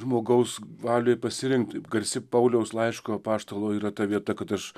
žmogaus valiai pasirinkt taip garsi pauliaus laiško apaštalo yra ta vieta kad aš